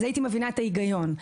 הייתי מבינה את ההיגיון.